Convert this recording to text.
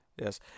Yes